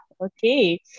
okay